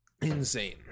insane